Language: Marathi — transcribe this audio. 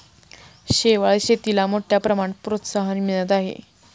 शेवाळ शेतीला मोठ्या प्रमाणात प्रोत्साहन मिळत आहे